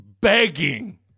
begging